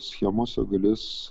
schemose galės